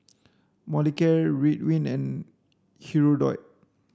Molicare Ridwind and Hirudoid